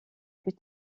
plus